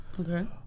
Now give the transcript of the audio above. Okay